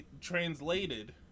translated